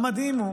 המדהים הוא